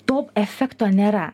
to efekto nėra